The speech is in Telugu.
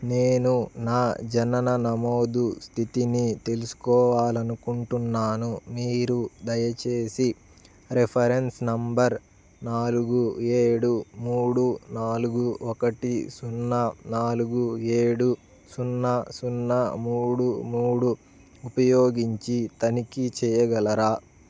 నేను నా జనన నమోదు స్థితిని తెలుసుకోవాలి అనుకుంటున్నాను మీరు దయచేసి రిఫరెన్స్ నంబర్ నాలుగు ఏడు మూడు నాలుగు ఒకటి సున్నా నాలుగు ఏడు సున్నా సున్నా మూడు మూడు ఉపయోగించి తనిఖీ చేయగలరా